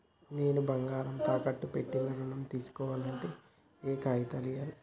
నేను బంగారం తాకట్టు పెట్టి ఋణం తీస్కోవాలంటే ఏయే కాగితాలు ఇయ్యాలి?